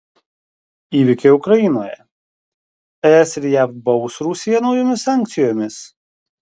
įvykiai ukrainoje es ir jav baus rusiją naujomis sankcijomis